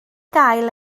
gael